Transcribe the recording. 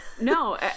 No